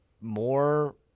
more